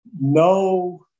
no